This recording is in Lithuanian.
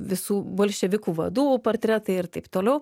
visų bolševikų vadų portretai ir taip toliau